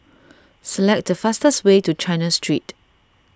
select the fastest way to China Street